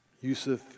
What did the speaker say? Yusuf